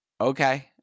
Okay